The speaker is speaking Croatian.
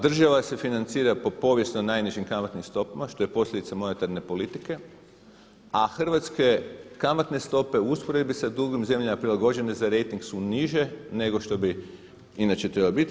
Država se financira po povijesno najnižim kamatnim stopama što je posljedica monetarne politike a hrvatske kamatne stope u usporedbi sa drugim zemljama prilagođene za rejting su niže nego što bi inače trebalo biti.